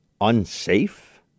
Unsafe